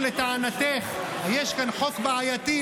אם לטענתך יש כאן חוק בעייתי,